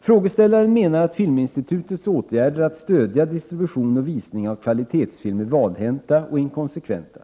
Frågeställaren menar att Filminstitutets åtgärder att stödja distribution och visning av kvalitetsfilm är valhänta och inkonsekventa.